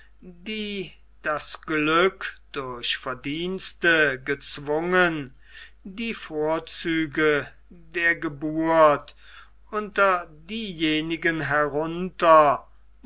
die das glück durch verdienst gezwungen die vorzüge der geburt unter diejenigen herunter